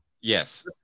Yes